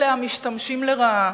אלה המשתמשים לרעה